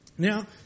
Now